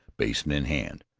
basin in hand.